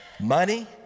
money